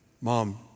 Mom